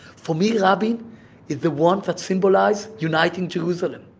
for me, rabin is the one that symbolizes uniting jerusalem.